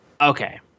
Okay